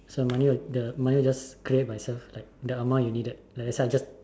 so money would the money would just create by itself like the amount you needed like the side just